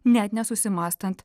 net nesusimąstant